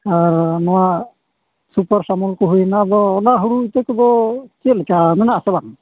ᱟᱨ ᱱᱚᱣᱟ ᱥᱩᱯᱟᱨ ᱥᱟᱞᱚᱢᱠᱚ ᱦᱩᱭᱮᱱᱟ ᱟᱫᱚ ᱚᱱᱟ ᱦᱩᱲᱩ ᱤᱛᱟᱹᱠᱚᱫᱚ ᱪᱮᱫᱞᱮᱠᱟ ᱢᱮᱱᱟᱜᱼᱟ ᱥᱮ ᱵᱟᱝ